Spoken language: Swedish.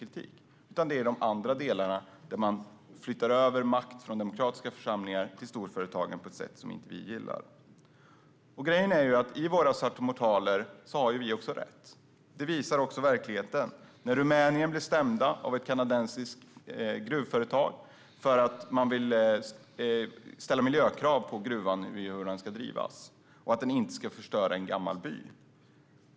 Kritiken handlar i stället om de andra delarna, där man flyttar över makt från demokratiska församlingar till storföretag på ett sätt som vi inte gillar. Grejen är att vi har rätt i våra saltomortaler. Verkligheten visar detta, som när Rumänien blev stämda av ett kanadensiskt gruvföretag för att man ville ställa miljökrav på hur gruvan skulle drivas och krav på att gruvan inte skulle förstöra en gammal by.